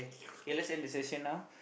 okay let's end the session now